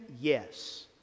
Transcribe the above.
Yes